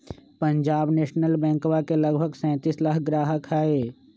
Punjab national बैंकवा के लगभग सैंतीस लाख ग्राहक हई